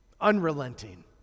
Unrelenting